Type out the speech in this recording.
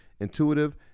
intuitive